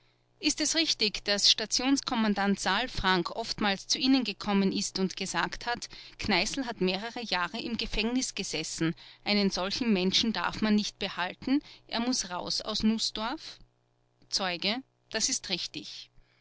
ist es richtig daß stationskommandant saalfrank oftmals zu ihnen gekommen ist und gesagt hat kneißl hat mehrere jahre im gefängnis gesessen einen solchen menschen darf man nicht behalten er muß raus aus nußdorf zeuge das ist richtig